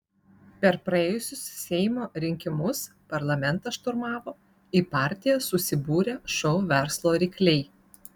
per praėjusius seimo rinkimus parlamentą šturmavo į partiją susibūrę šou verslo rykliai